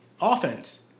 offense